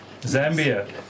Zambia